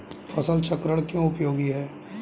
फसल चक्रण क्यों उपयोगी है?